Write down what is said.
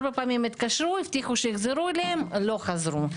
4 פעמים התקשרו, הבטיחו שיחזרו אליהם ולא חזרו.